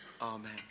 amen